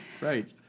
right